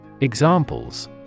Examples